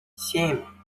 семь